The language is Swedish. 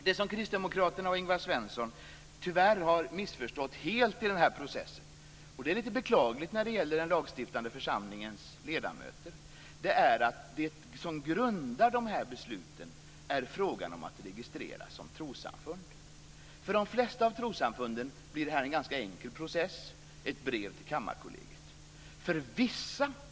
Det som kristdemokraterna och Ingvar Svensson tyvärr har missförstått helt i processen - det är beklagligt när det gäller den lagstiftande församlingens ledamöter - är att grunden i besluten är frågan om att registreras som trossamfund. För de flesta trossamfunden blir det en enkel process, dvs. ett brev till Kammarkollegiet.